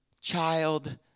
Child